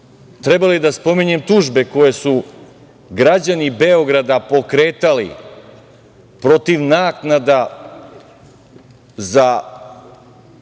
Treba li da spominjem tužbe koje su građani Beograda pokretali protiv naknada za